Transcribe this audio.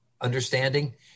understanding